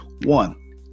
one